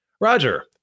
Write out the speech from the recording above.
Roger